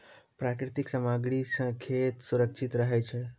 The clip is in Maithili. प्राकृतिक सामग्री सें खेत सुरक्षित रहै छै